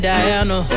Diana